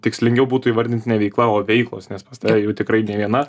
tikslingiau būtų įvardint ne veikla o veiklos nes pas tave jų tikrai ne viena